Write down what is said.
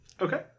Okay